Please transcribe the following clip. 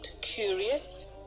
curious